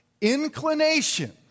Inclination